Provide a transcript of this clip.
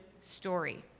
story